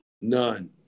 None